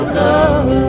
love